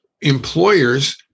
employers